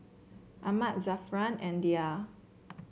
Ahmad Zafran and Dhia